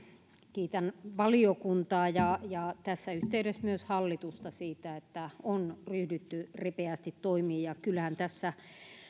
kiitän valiokuntaa ja ja tässä yhteydessä myös hallitusta siitä että on ryhdytty ripeästi toimiin kyllähän tässä